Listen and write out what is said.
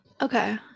okay